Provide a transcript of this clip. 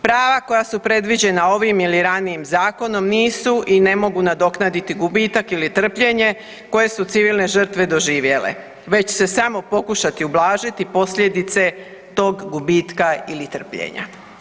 Prava koja su predviđena ovim ili ranijim zakonom nisu i ne mogu nadoknaditi gubitak ili trpljenje koje su civilne žrtve doživjele već će samo pokušati ublažiti posljedice tog gubitka ili trpljenja.